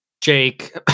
Jake